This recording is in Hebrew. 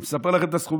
אני מספר לכם את הסכומים: